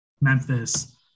Memphis